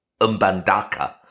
Umbandaka